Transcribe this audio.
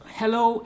hello